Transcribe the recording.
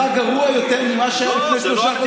גרוע יותר ממה שהיה לפני שלושה חודשים?